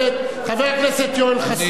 חבר הכנסת יואל חסון,